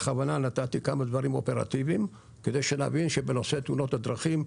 בכוונה נתתי כמה דברים אופרטיביים כדי שנבין שבנושא תאונות הדרכים,